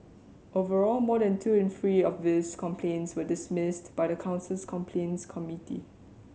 overall more than two in three of these complaints were dismissed by the council's complaints committee